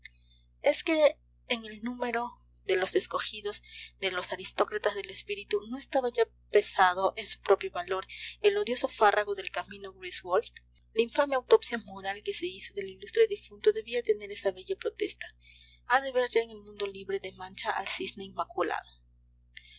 es que en el número de los escogidos de los aristócratas del espíritu no estaba ya pesado en su propio valor el odioso fárrago del canino griswold la infame autopsia moral que se hizo del ilustre difunto debía tener esa bella protesta ha de ver ya el mundo libre de mancha al cisne inmaculado